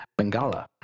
Bengala